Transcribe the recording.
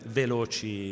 veloci